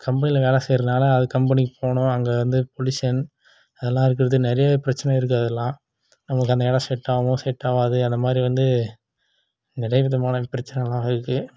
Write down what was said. கம்பெனியில் வேலை செய்கிறனால அது கம்பெனிக்கு போகணும் அங்கே வந்து பொல்யூஷன் அதல்லாம் இருக்கிறது நிறைய பிரச்சனை இருக்குது அதல்லாம் நமக்கு அந்த இடம் செட் ஆகும் செட் ஆகாது அந்த மாதிரி வந்து நிறைய விதமான பிரச்சனலாம் இருக்குது